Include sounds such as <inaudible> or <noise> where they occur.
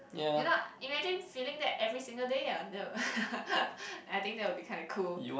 you know imagine feeling that every single day ah that <laughs> I think that will be kinda cool